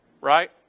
right